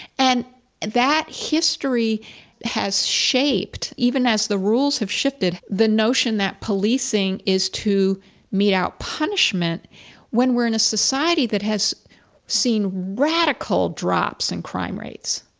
and that history has shaped, even as the rules have shifted, the notion that policing is to mete out punishment when we're in a society that has seen radical drops in crime rates,